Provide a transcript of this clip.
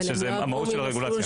זה המהות של הרגולציה.